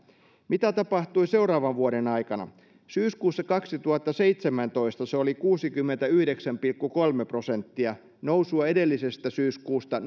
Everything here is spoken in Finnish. mitä tapahtui seuraavan vuoden aikana syyskuussa kaksituhattaseitsemäntoista se oli kuusikymmentäyhdeksän pilkku kolme prosenttia nousua edellisestä syyskuusta